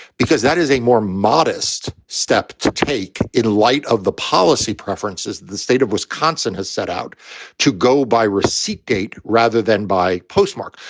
because that is a more modest step to take in light of the policy preferences of the state of wisconsin has set out to go by receipt date rather than by postmark.